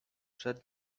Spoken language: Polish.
przed